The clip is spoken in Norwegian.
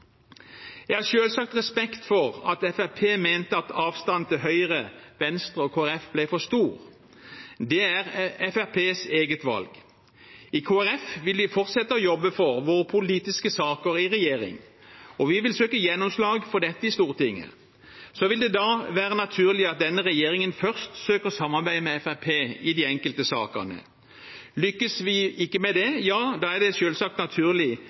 Jeg har selvsagt respekt for at Fremskrittspartiet mente at avstanden til Høyre, Venstre og Kristelig Folkeparti ble for stor. Det er Fremskrittspartiets eget valg. I Kristelig Folkeparti vil vi fortsette å jobbe for våre politiske saker i regjering, og vi vil søke gjennomslag for dette i Stortinget. Så vil det være naturlig at denne regjeringen først søker samarbeid med Fremskrittspartiet i de enkelte sakene. Lykkes vi ikke med det, ja, da er det selvsagt naturlig